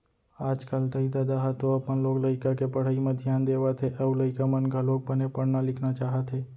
आजकल दाई ददा ह तो अपन लोग लइका के पढ़ई म धियान देवत हे अउ लइका मन घलोक बने पढ़ना लिखना चाहत हे